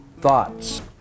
thoughts